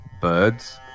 birds